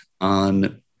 on